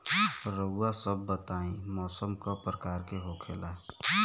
रउआ सभ बताई मौसम क प्रकार के होखेला?